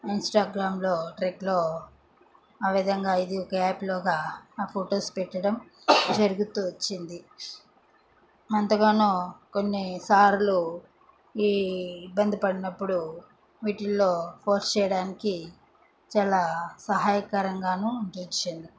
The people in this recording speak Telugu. ఇంస్టాగ్రామ్లో ట్రెట్లో ఆ విధంగా ఇది ఒక యాప్లాగా ఆ ఫొటోస్ పెట్టడం జరుగుతూ వచ్చింది ఎంతగానో కొన్ని సార్లు ఈ ఇబ్బంది పడినప్పుడు వీటిల్లో పోస్ట్ చేయడానికి చాలా సహాయకరంగాను తెచ్చాను